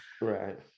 right